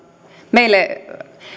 meille